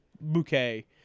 bouquet